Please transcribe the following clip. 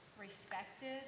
respected